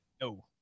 no